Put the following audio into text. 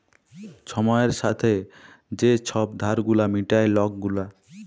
ছময়ের ছাথে যে ছব ধার গুলা মিটায় লক গুলা